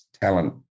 talent